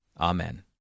Amen